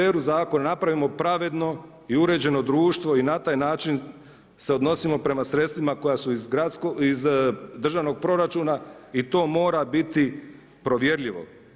Uđimo u sferu zakona, napravimo pravedno i uređeno društvo i na taj način se odnosimo prema sredstvima koja su iz državnog proračuna i to mora biti provjerljivo.